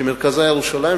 שמרכזה ירושלים,